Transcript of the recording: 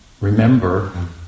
remember